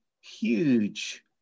huge